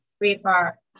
river